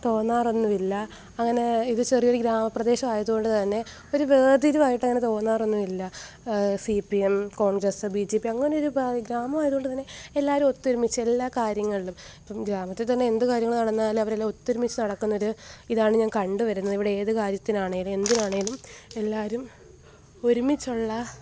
തോന്നാറെന്നും ഇല്ല അങ്ങനെ ഇത് ചെറിയൊരു ഗ്രാമപ്രദേശമായത് കൊണ്ട് തന്നെ ഒരു വേർതിരിവായിട്ട് അങ്ങനെ തോന്നാറൊന്നുമില്ല C P M Congress B J P അങ്ങനെയൊരു ഗ്രാമമായതോണ്ട് തന്നെ എല്ലാവരും ഒത്തൊരുമിച്ച് എല്ലാ കാര്യങ്ങളിലും ഇപ്പം ഗ്രാമത്തിൽ തന്നെ എന്ത് കാര്യങ്ങൾ നടന്നാലും അവരെല്ലാം ഒത്തൊരുമിച്ച് നടക്കുന്നൊരു ഇതാണ് ഞാൻ കണ്ട് വരുന്നത് ഇവിടേത് കാര്യത്തിനാണേലും എന്തിനാണേലും എല്ലാവരും ഒരുമിച്ചുള്ള